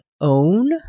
own